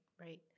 Right